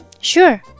Sure